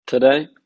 Today